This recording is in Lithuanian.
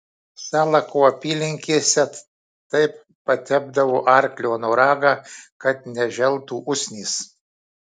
salako apylinkėse taip patepdavo arklo noragą kad neželtų usnys